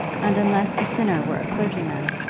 and unless the sinner were a clergyman,